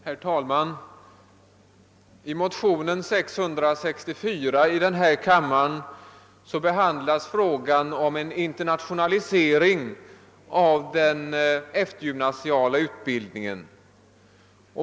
Herr talman! I motionen II: 664 behandlas frågan om en internationalisering av den eftergymnasiala utbildningen.